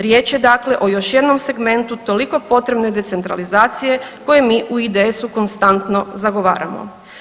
Riječ je dakle o još jednom segmentu toliko potrebne decentralizacije koji mi u IDS-u konstantno zagovaramo.